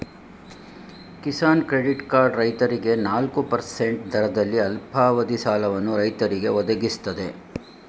Kisan credit card ರೈತರಿಗೆ ನಾಲ್ಕು percent ದರದಲ್ಲಿ ಅಲ್ಪಾವಧಿ ಸಾಲವನ್ನು ರೈತರಿಗೆ ಒದಗಿಸ್ತದೆ